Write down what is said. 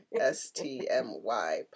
S-T-M-Y